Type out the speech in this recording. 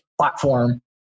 platform